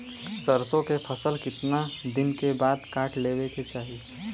सरसो के फसल कितना दिन के बाद काट लेवे के चाही?